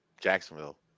Jacksonville